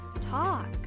talk